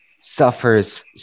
suffers